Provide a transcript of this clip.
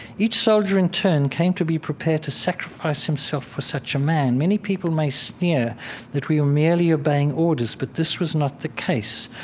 each soldier in turn came to be prepared to sacrifice himself for such a man. many people may sneer that we were merely obeying orders. but this was not the case.